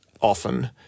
often